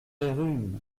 rhume